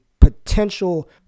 potential